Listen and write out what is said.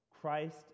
Christ